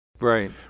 Right